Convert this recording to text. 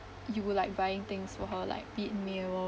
you were like buying things for her like be it meals